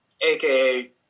AKA